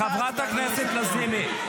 --- חברת הכנסת לזימי.